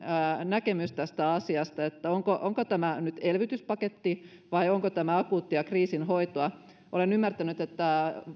näkemys tästä asiasta onko onko tämä nyt elvytyspaketti vai onko tämä akuuttia kriisinhoitoa olen ymmärtänyt että